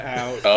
out